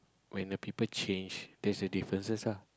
when the people change there's the differences ah